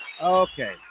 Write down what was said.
Okay